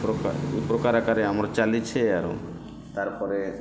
ଏ ପ୍ର ଏଇ ପ୍ରକାରେ ଏକା ଆମର ଚାଲିଛି ଆଉ ତାର୍ ପରେ